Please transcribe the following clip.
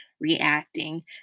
reacting